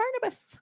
Barnabas